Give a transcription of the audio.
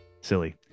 silly